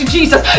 Jesus